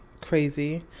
crazy